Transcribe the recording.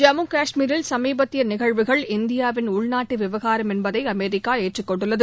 ஜம்மு கஷ்மீரில் சமீபத்திய நிகழ்வுகள் இந்தியாவின் உள்நாட்டு விவகாரம் என்பதை அமெரிக்கா ஏற்றுக்கொண்டுள்ளது